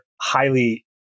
highly